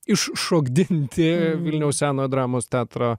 iš šokdinti vilniaus senojo dramos teatro